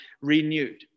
renewed